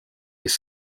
kes